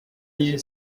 mille